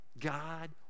God